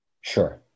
sure